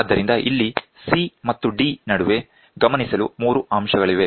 ಆದ್ದರಿಂದ ಇಲ್ಲಿ C ಮತ್ತು D ನಡುವೆ ಗಮನಿಸಲು 3 ಅಂಶಗಳಿವೆ